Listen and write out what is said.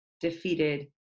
defeated